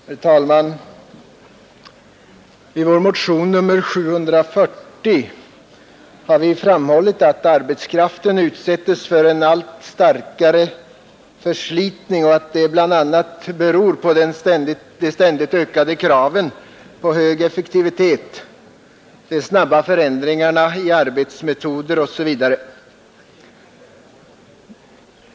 Herr talman! I vår motion nr 740 har vi framhållit att arbetskraften utsättes för en allt starkare förslitning och att det bl.a. beror på de ständigt ökade kraven på hög effektivitet, på de snabba förändringarna i arbetsmetoder osv.